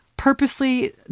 Purposely